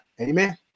amen